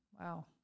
wow